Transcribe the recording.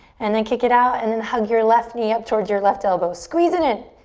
and then kick it out and then hug your left knee up towards your left elbow. squeeze it in.